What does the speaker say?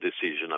decision